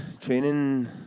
training